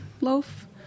loaf